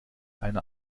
einer